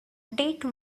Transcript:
date